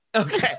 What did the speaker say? Okay